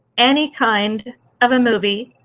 any kind of a movie,